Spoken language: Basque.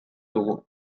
dugu